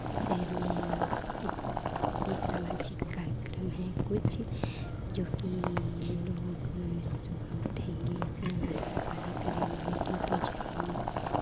शहर में भी सामाजिक कार्यक्रम हैं कुछ जोकि ये लोग सुबह उठेंगे अपना नाश्ता पानी करेंगे ड्यूटी जाएंगे